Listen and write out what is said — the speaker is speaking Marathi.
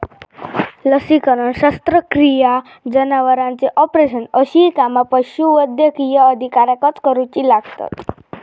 लसीकरण, शस्त्रक्रिया, जनावरांचे ऑपरेशन अशी कामा पशुवैद्यकीय अधिकाऱ्याक करुची लागतत